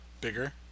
Bigger